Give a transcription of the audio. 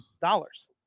Dollars